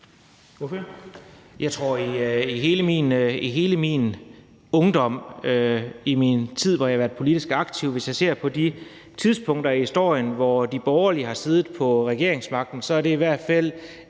jeg ser på hele min ungdom, på hele den tid, hvor jeg har været politisk aktiv, og jeg ser på de tidspunkter i historien, hvor de borgerlige har siddet på regeringsmagten, er det i hvert fald